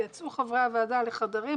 יצאו חברי הוועדה לחדרים,